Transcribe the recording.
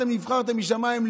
אתם נבחרתם משמיים,